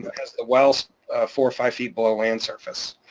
has the wells four or five feet below land surface.